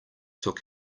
took